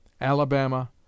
Alabama